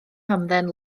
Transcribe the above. hamdden